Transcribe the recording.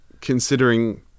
considering